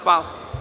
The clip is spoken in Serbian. Hvala.